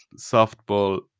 softball